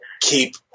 keep